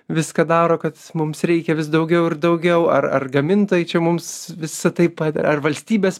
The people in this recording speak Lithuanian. viską daro kad mums reikia vis daugiau ir daugiau ar ar gamintojai čia mums visą taip pat ar valstybės